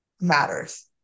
matters